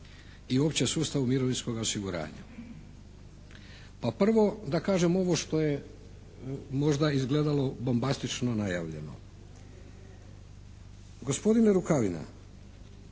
i uopće sustavu mirovinskoga osiguranja. Pa prvo da kažem ovo što je možda izgledalo bombastično najavljeno. Gospodine Rukavina,